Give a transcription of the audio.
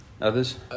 Others